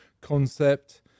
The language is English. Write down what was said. concept